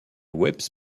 web